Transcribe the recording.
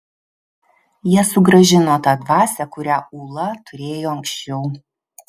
jie sugrąžino tą dvasią kurią ūla turėjo anksčiau